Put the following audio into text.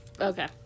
okay